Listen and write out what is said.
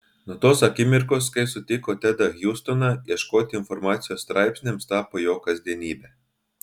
nuo tos akimirkos kai sutiko tedą hjustoną ieškoti informacijos straipsniams tapo jo kasdienybe